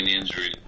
injury